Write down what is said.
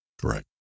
Correct